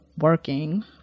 working